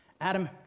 Adam